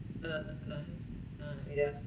ah ah ah ya